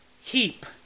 heap